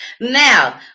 Now